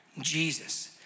Jesus